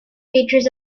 features